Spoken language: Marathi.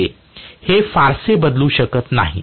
हे फारसे बदलू शकत नाही